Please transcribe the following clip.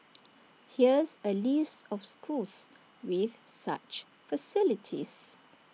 here's A list of schools with such facilities